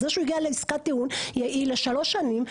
זה שהוא הגיע לעסקת טיעון היא לשלוש שנים,